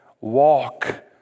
Walk